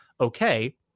okay